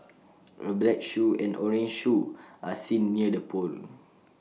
A black shoe and orange shoe are seen near the pole